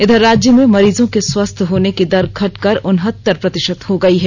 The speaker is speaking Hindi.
इधर राज्य में मरीजों के स्वस्थ होने की दर घटकर उनहत्तर प्रतिषत हो गयी है